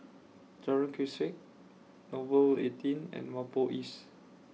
Jalan Grisek Nouvel eighteen and Whampoa East